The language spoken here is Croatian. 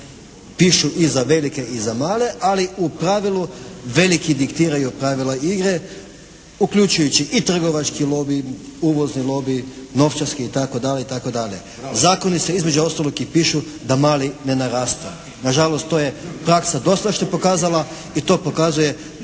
pišu i za velike i za male, ali u pravili veliki diktiraju pravila igre uključujući i trgovački lobij, uvozni lobij, novčarski itd., itd. Zakoni se između ostalog i pišu da mali ne narastu. Na žalost to je praksa dosadašnja pokazala i to pokazuje